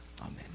Amen